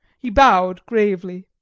he bowed gravely.